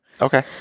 Okay